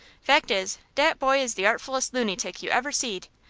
fact is, dat boy is the artfullest lunytick you ever seed.